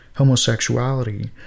homosexuality